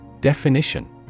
Definition